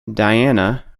diana